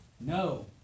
No